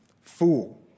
Fool